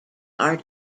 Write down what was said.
are